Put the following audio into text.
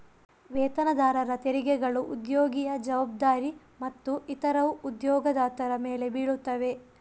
ವೇತನದಾರರ ತೆರಿಗೆಗಳು ಉದ್ಯೋಗಿಯ ಜವಾಬ್ದಾರಿ ಮತ್ತು ಇತರವು ಉದ್ಯೋಗದಾತರ ಮೇಲೆ ಬೀಳುತ್ತವೆ